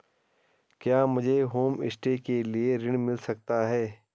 क्या मुझे होमस्टे के लिए ऋण मिल सकता है?